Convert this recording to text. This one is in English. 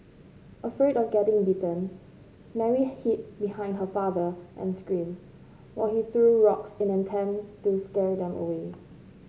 afraid of getting bitten Mary hid behind her father and screamed while he threw rocks in an attempt to scare them away